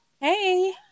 Hey